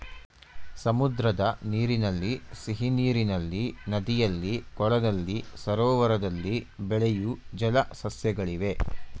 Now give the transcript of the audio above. ಸಮುದ್ರದ ನೀರಿನಲ್ಲಿ, ಸಿಹಿನೀರಿನಲ್ಲಿ, ನದಿಯಲ್ಲಿ, ಕೊಳದಲ್ಲಿ, ಸರೋವರದಲ್ಲಿ ಬೆಳೆಯೂ ಜಲ ಸಸ್ಯಗಳಿವೆ